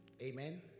Amen